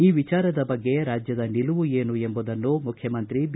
ಈ ವಿಚಾರದ ಬಗ್ಗೆ ರಾಜ್ಯದ ನಿಲುವು ಏನು ಎಂಬುದನ್ನು ಮುಖ್ಯಮಂತ್ರಿ ಬಿ